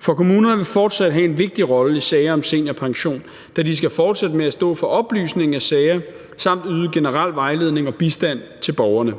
For kommunerne vil fortsat have en vigtig rolle i sager om seniorpension, da de skal fortsætte med at stå for oplysningen af sager samt yde generel vejledning og bistand til borgerne.